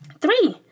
Three